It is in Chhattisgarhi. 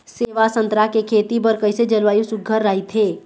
सेवा संतरा के खेती बर कइसे जलवायु सुघ्घर राईथे?